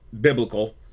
biblical